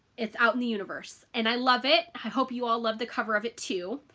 it's out in the universe and i love it. i hope you all love the cover of it too,